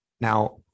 Now